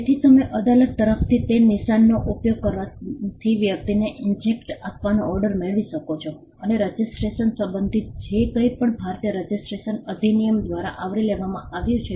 તેથી તમે અદાલત તરફથી તે નિશાનનો ઉપયોગ કરવાથી વ્યક્તિને ઇન્જેક્ટ આપવાનો ઓર્ડર મેળવી શકો છો અને રજીસ્ટ્રેશનregistration નોંધણી સંબંધિત જે કંઈપણ ભારતીય રજીસ્ટ્રેશન અધિનિયમ દ્વારા આવરી લેવામાં આવ્યું છે